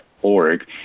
Org